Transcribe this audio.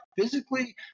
physically